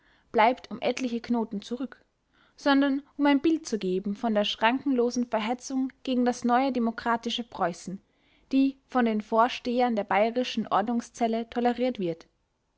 bleibt um etliche knoten zurück sondern um ein bild zu geben von der schrankenlosen verhetzung gegen das neue demokratische preußen die von den vorstehern der bayerischen ordnungszelle toleriert wird